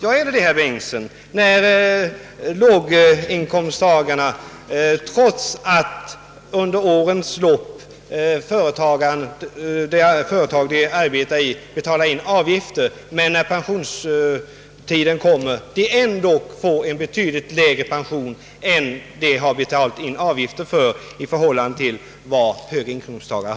Ja, är det en lämplig avvägning som sker, herr Bengtsson, när låginkomsttagarna, trots att de företag där de arbetar under årens lopp betalar in avgifter, ändå får en betydligt lägre pension i förhållande till inbetalda avgifter än höginkomsttagare?